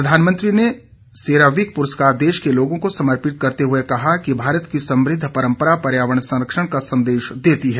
प्रधानमंत्री ने सेरावीक पुरस्कार देश के लोगों को समर्पित करते हुए कहा कि भारत की समृद्ध परम्परा पर्यावरण संरक्षण का संदेश देती है